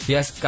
Yes